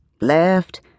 left